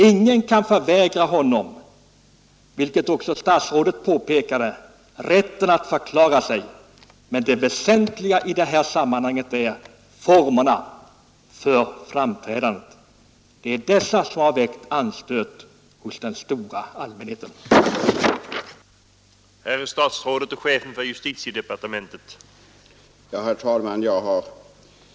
Ingen kan förvägra honom — vilket också statsrådet påpekade — rätten att förklara sig, men det väsentliga i sammanhanget är formerna för framträdandet. Det är dessa som har väckt anstöt hos den stora allmänheten. hjälpa polisen vid efterspaning av